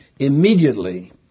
Immediately